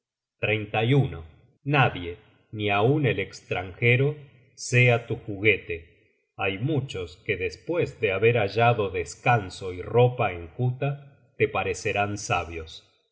á sí misma nadie ni aun el estranjero sea tu juguete hay muchos que despues de haber hallado descanso y ropa enjuta te parecerán sabios